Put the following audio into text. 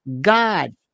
God